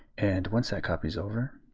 and once that copies over,